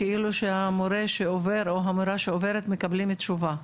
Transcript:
שהמורה שעובר או המורה שעוברת מקבלים תשובה?